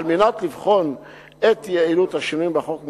על מנת לבחון את יעילות השינויים בחוק,